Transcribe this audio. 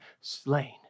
slain